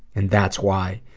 and that's why